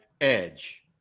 edge